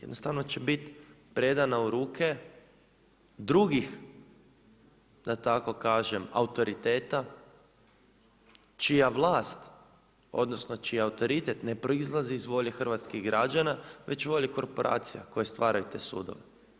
Jednostavno će bit predana u ruke drugih da tako kažem autoriteta čija vlast, odnosno čiji autoritet ne proizlazi iz volje hrvatskih građana već volje korporacija koje stvaraju te sudove.